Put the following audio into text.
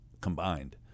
combined